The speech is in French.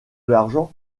l’argent